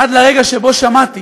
עד לרגע שבו שמעתי